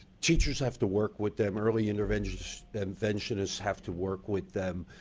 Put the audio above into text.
teachers have to work with them early interventions and interventions have to work with them.